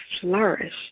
flourish